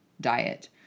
diet